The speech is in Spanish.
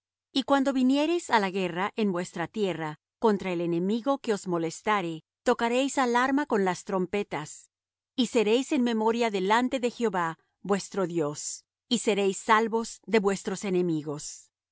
y cuando viniereis á la guerra en vuestra tierra contra el enemigo que os molestare tocaréis alarma con las trompetas y seréis en memoria delante de jehová vuestro dios y seréis salvos de vuestros enemigos